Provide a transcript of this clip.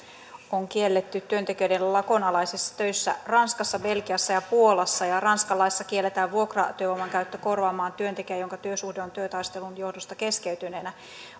on kielletty työntekijöiden lakonalaisissa töissä ranskassa belgiassa ja puolassa ja ja ranskan laissa kielletään vuokratyövoiman käyttö korvaamaan työntekijä jonka työsuhde on työtaistelun johdosta keskeytyneenä